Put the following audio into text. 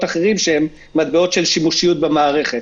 אחרים שהם מטבעות של שימושיות במערכת,